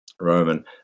Roman